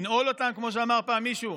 לנעול אותם, כמו שאמר פעם מישהו?